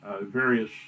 various